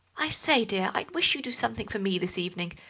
i say, dear, i wish you'd do something for me this evening,